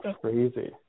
Crazy